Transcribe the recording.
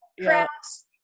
crafts